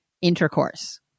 intercourse